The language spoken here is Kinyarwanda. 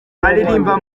aririmba